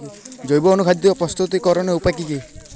জৈব অনুখাদ্য প্রস্তুতিকরনের উপায় কী কী?